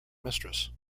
mistress